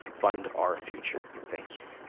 fund our future. thank you.